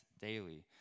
daily